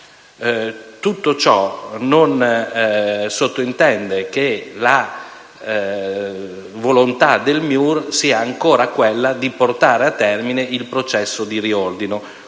Tutto ciò non sottintende che la volontà del MIUR non sia ancora quella di portare a termine il processo di riordino.